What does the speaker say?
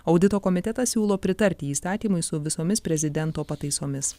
audito komitetas siūlo pritarti įstatymui su visomis prezidento pataisomis